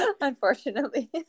unfortunately